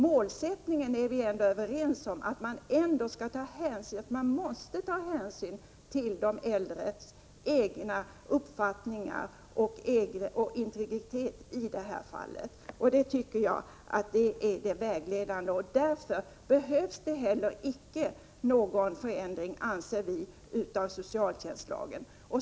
Målsättningen är vi överens om, att man måste ta hänsyn till de äldres egna uppfattningar och till deras integritet i det här fallet. Detta är vägledande, och därför behövs det icke någon förändring, anser vi, av socialtjänstlagen.